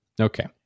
Okay